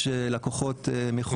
-- יש לקוחות מחו"ל.